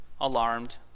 alarmed